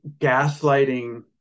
gaslighting